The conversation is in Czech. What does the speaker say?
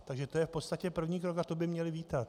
Takže to je v podstatě první krok a to by měli vítat.